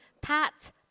Pat